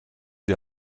die